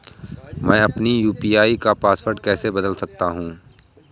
मैं अपने यू.पी.आई का पासवर्ड कैसे बदल सकता हूँ?